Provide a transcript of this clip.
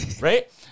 right